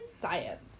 science